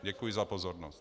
Děkuji za pozornost.